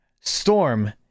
Storm